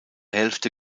hälfte